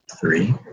three